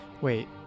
Wait